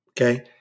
okay